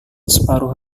separuh